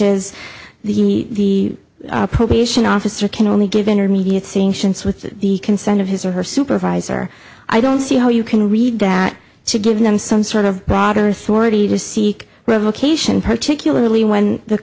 is the probation officer can only give intermediate sanctions with the consent of his or her supervisor i don't see how you can read that to give them some sort of broader authority to seek revocation particularly when the